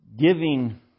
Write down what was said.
Giving